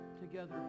together